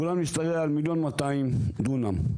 הגולן משתרע על מיליון ו-200 דונם,